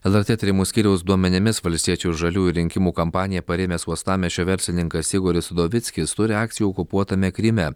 lrt tyrimų skyriaus duomenimis valstiečių ir žaliųjų rinkimų kampaniją parėmęs uostamiesčio verslininkas igoris udovickis turi akcijų okupuotame kryme